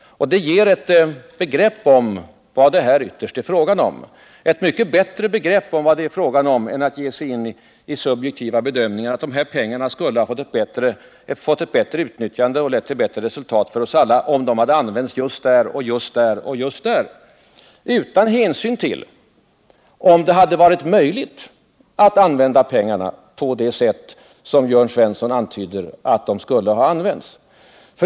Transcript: Det ger ett mycket bättre begrepp om vad det ytterst är fråga om än subjektiva bedömningar som att de här pengarna skulle ha utnyttjats bättre och lett till bättre resultat för oss alla om de hade använts just där eller där utan hänsyn till om det hade varit möjligt att använda pengarna på det sätt som Jörn Svensson antyder.